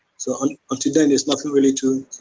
so um until then there's nothing really to.